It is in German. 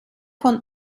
von